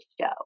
show